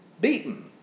Beaten